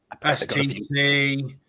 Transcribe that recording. STC